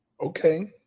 Okay